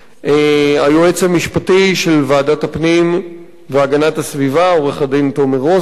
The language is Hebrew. היועץ המשפטי של ועדת הפנים והגנת הסביבה עורך-דין תומר רוזנר,